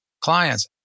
clients